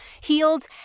healed